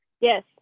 Yes